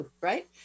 right